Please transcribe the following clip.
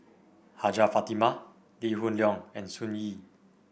Hajjah Fatimah Lee Hoon Leong and Sun Yee